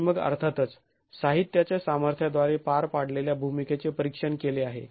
आणि मग अर्थातच साहित्याच्या सामर्थ्या द्वारे पार पाडलेल्या भूमिकेचे परीक्षण केले आहे